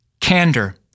candor